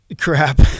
Crap